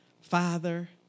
Father